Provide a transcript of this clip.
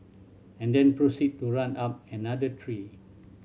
and then proceed to run up another tree